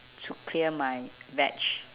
to clear my veg